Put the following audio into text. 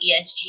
ESG